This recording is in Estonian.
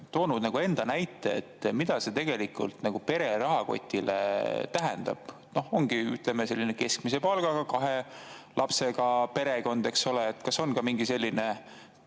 toonud enda näite, mida see tegelikult pere rahakotile tähendab? Ongi, ütleme, selline keskmise palgaga kahe lapsega perekond, eks ole. Kas on ka mingi arvutus